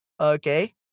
Okay